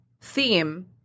theme